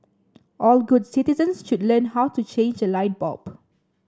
all good citizens should learn how to change a light bulb